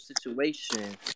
situation